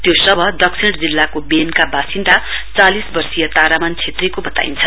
त्यो शव दक्षिण दिल्लाको वेनका वासिन्दर चालिस वर्षीय तारामान छेत्रीको बताइन्छ